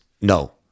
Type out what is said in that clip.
No